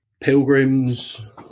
pilgrims